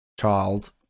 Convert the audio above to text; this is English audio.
child